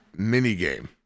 minigame